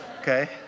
Okay